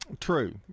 True